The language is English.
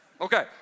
Okay